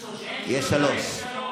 אין שלושה, אין שלושה, יש שלוש.